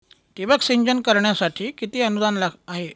ठिबक सिंचन करण्यासाठी किती अनुदान आहे?